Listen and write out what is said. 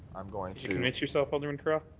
i'm going to convince yourself, alderman carra.